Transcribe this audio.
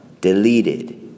deleted